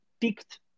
picked